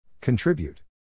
Contribute